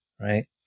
right